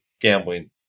gambling